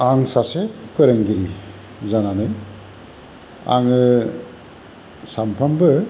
आं सासे फोरोंगिरि जानानै आङो सानफ्रामबो